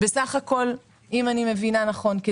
אם אני מבינה נכון,